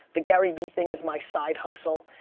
the garyvee thing is my side hustle.